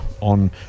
on